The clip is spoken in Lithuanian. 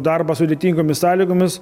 darbą sudėtingomis sąlygomis